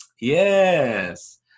Yes